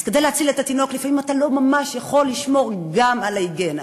אז כדי להציל את התינוק לפעמים אתה לא ממש יכול לשמור גם על ההיגיינה.